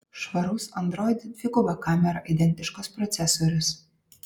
švarus android dviguba kamera identiškas procesorius